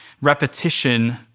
repetition